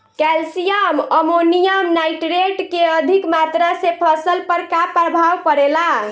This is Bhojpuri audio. कैल्शियम अमोनियम नाइट्रेट के अधिक मात्रा से फसल पर का प्रभाव परेला?